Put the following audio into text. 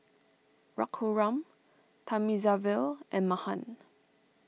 Raghuram Thamizhavel and Mahan